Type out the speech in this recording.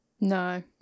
No